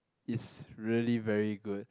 it's really very good